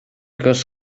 көз